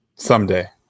Someday